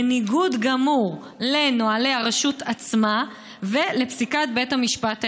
בניגוד גמור לנוהלי הרשות עצמה ולפסיקת בית המשפט העליון.